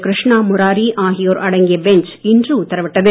கிருஷ்ணா முராரி ஆகியோர் அடங்கிய பெஞ்ச் இன்று உத்தரவிட்டது